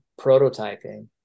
prototyping